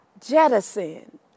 jettison